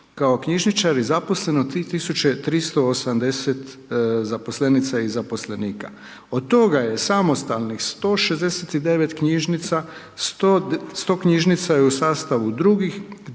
kao knjižničari, zaposleno 3380 zaposlenica i zaposlenika. Od toga je samostalnih 169 knjižnica, 100 knjižnica je u sastavu drugih